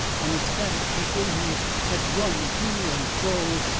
and the scattered people who had run to and fro,